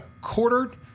quartered